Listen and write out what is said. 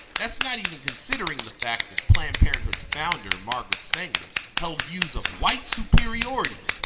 that's not even considering the fact that planned parenthood's founder margaret sanger held views of white superiority,